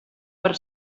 per